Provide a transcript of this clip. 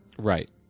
right